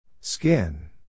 Skin